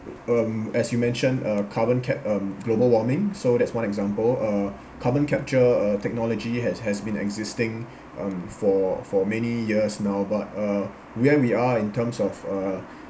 um as you mentioned uh carbon cap~ um global warming so that's one example uh carbon capture uh technology has has been existing um for for many years now but uh where we are in terms of uh